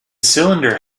cylinder